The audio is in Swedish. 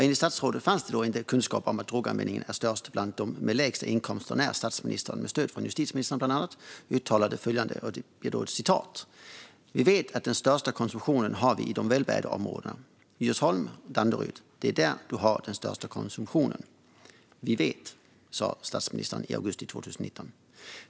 Enligt statsrådet fanns det inte kunskap om att droganvändningen är störst bland dem med lägst inkomster när statsministern med stöd från bland annat justitieministern uttalade följande: "Vi vet att den största konsumtionen har vi i de välbärgade områdena. Djursholm, Danderyd - det är där du har den största konsumtionen." "Vi vet", sa alltså statsministern i augusti 2019.